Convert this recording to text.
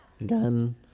again